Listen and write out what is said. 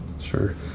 Sure